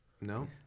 No